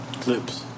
Clips